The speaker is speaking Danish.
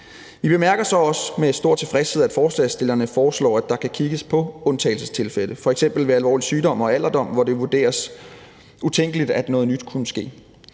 Vi bemærker så også med stor tilfredshed, at forslagsstillerne foreslår, at der kan kigges på undtagelsestilfælde, f.eks. ved alvorlig sygdom og alderdom, hvor det vurderes utænkeligt, at noget nyt kunne ske.